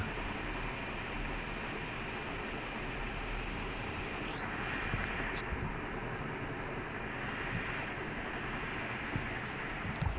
and it's only the people who usually is only the people who like okay it's france versus england then france and england team like supporters will watch